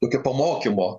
tokio pamokymo